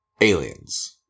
aliens